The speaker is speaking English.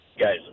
guys